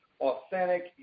authentic